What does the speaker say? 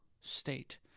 state